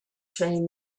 train